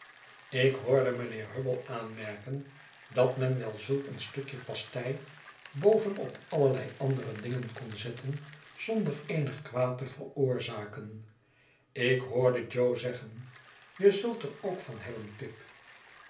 ik hoorde mijnheer hubble aanmerken dat men wel zulk een stukje pastei boven op allerlei andere dingen kon zetten zonder eenig kwaad te veroorzaken ik hoorde jo zeggen je zult er ook van hebben pip